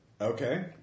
Okay